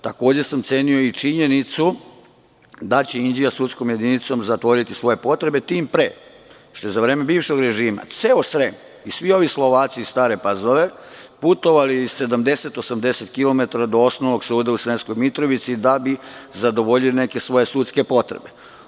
Takođe sam cenio i činjenicu da će Inđija sudskom jedinicom zatvoriti svoje potrebe, tim pre što su za vreme bivšeg režima ceo Srem i svi ovi Slovaci iz Stare Pazove putovali 70-80 km do osnovnog suda u Sremskoj Mitrovici, da bi zadovoljili neke svoje sudske potrebe.